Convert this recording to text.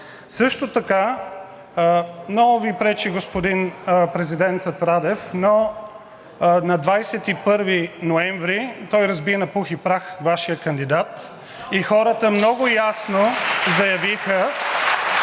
Също така много Ви пречи господин президентът Радев, но на 21 ноември той разби на пух и прах Вашия кандидат и хората много ясно заявиха,